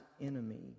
enemy